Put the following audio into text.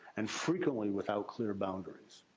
and frequently without clear boundaries.